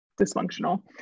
dysfunctional